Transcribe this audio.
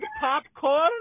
popcorn